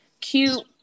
Cute